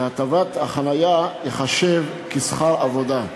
והטבת החניה תיחשב כשכר עבודה.